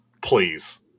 Please